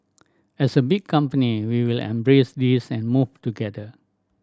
as a big company we will embrace this and move together